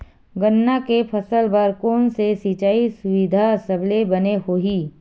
गन्ना के फसल बर कोन से सिचाई सुविधा सबले बने होही?